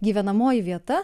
gyvenamoji vieta